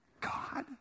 God